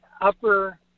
upper